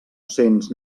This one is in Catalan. cents